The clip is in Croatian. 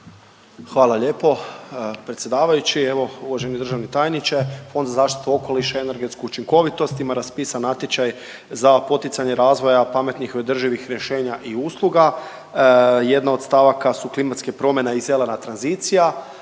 Hvala lijepo predsjedavajući. Evo uvaženi državni tajniče, Fonda za zaštitu okoliša i energetsku učinkovitost ima raspisan natječaj za poticanje razvoja pametnih i održivih rješenja i usluga. Jedna od stavaka su klimatske promjene i zelena tranzicija